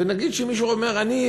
ונגיד שמישהו אומר: אני,